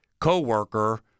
co-worker